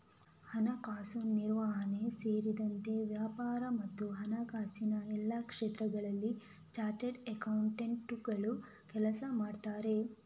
ಹಣಕಾಸು ನಿರ್ವಹಣೆ ಸೇರಿದಂತೆ ವ್ಯಾಪಾರ ಮತ್ತು ಹಣಕಾಸಿನ ಎಲ್ಲಾ ಕ್ಷೇತ್ರಗಳಲ್ಲಿ ಚಾರ್ಟರ್ಡ್ ಅಕೌಂಟೆಂಟುಗಳು ಕೆಲಸ ಮಾಡುತ್ತಾರೆ